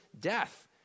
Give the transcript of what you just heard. death